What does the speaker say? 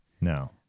No